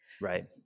Right